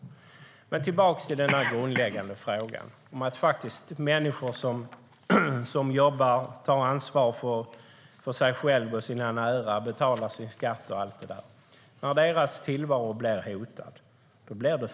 Jag går tillbaka till den grundläggande frågan om att det blir farligt i ett samhälle när tillvaron blir hotad för människor som jobbar och tar ansvar för sig själv och sina nära och betalar sin skatt och allt det där.